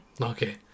Okay